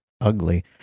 ugly